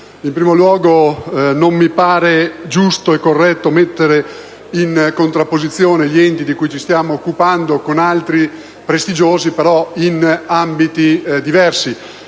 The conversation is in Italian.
In primo luogo, non mi pare giusto e corretto mettere in contrapposizione gli enti di cui ci stiamo occupando con altri prestigiosi, anche se in ambiti diversi.